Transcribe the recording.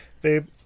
Babe